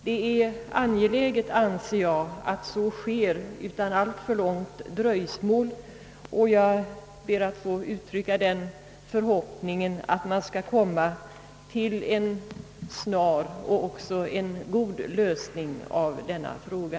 Det är angeläget, anser jag, att så sker utan alltför långt dröjsmål. Jag ber att få uttrycka den förhoppningen att man skall nå en snar och även god lösning av denna fråga.